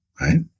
right